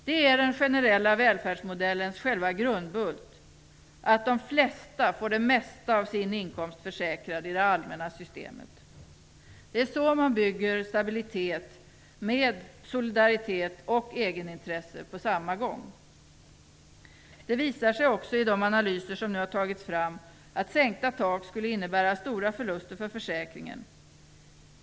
Det är den generella välfärdsmodellens själva grundbult att de flesta får det mesta av sin inkomst försäkrad i det allmänna systemet. Det är så man bygger stabilitet med solidaritet och egenintresse på samma gång. Det visar sig också i de analyser som nu har tagits fram att sänkta tak skulle innebära stora förluster för försäkringen.